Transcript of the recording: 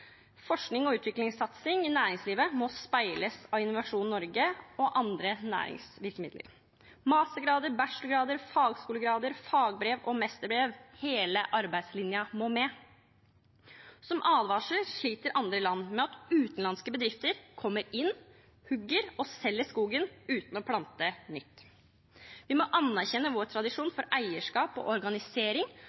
Innovasjon Norge og andre næringsvirkemidler. Mastergrader, bachelorgrader, fagskolegrader, fagbrev og mesterbrev – hele arbeidslinjen må med. Som advarsel sliter andre land med at utenlandske bedrifter kommer inn, hugger og selger skogen – uten å plante nytt. Vi må anerkjenne vår tradisjon for eierskap og organisering,